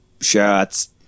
shots